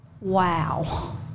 wow